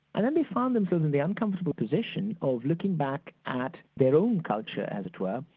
and then they found themselves in the uncomfortable position of looking back at their own culture as it were,